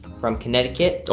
from connecticut. oh,